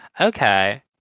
okay